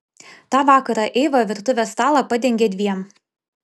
tą vakarą eiva virtuvės stalą padengė dviem